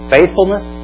Faithfulness